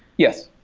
yes.